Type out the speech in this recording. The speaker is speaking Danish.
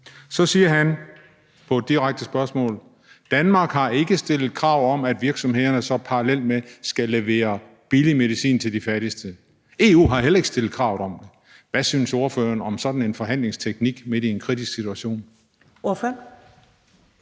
som svar på et direkte spørgsmål: Danmark har ikke stillet krav om, at virksomhederne så parallelt med det skal levere billig medicin til de fattigste. EU har heller ikke stillet krav om det. Hvad synes ordføreren om sådan en forhandlingsteknik midt i en kritisk situation? Kl.